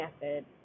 method